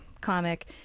comic